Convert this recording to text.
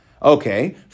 Okay